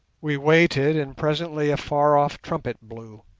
we waited, and presently a far-off trumpet blew,